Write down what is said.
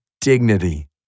dignity